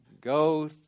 go